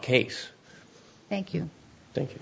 case thank you thank